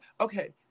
okay